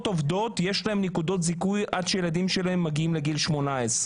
נקודות הזיכוי האלו הן יותר מהמס העודף